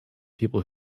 people